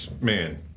man